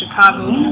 Chicago